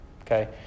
Okay